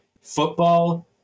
football